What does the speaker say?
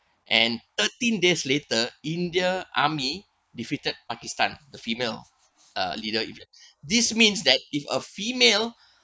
and thirteen days later india army defeated pakistan the female uh leader even this means that if a female